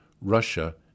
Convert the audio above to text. Russia